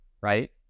right